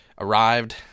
arrived